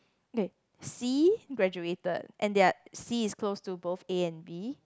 okay C graduated and they are C is close to both A and B